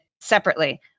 separately